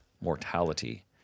mortality